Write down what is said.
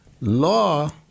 law